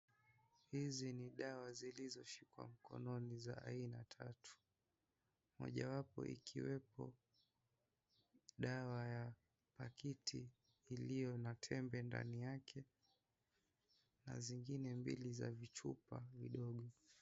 Hizi ni dawa zilizoshikwa mkononi za aina tatu. Moja wapo ikiwepo dawa ya pakiti iliyo na tembe ndani yake na zingine mbili za vichupa vidogo.